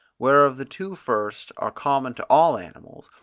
whereof the two first are common to all animals,